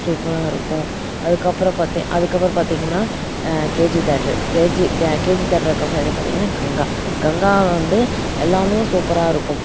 சூப்பராக இருக்கும் அதுக்கப்புறம் பார்த்தி அதுக்கப்பறம் பார்த்திங்கன்னா கேஜி தேயேட்டரு கேஜி கேஜி தேயேட்டருக்கு அப்பறம் எது பார்த்திங்கன்னா கங்கா கங்காவில வந்து எல்லாமே சூப்பராக இருக்கும்